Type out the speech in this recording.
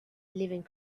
living